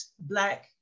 Black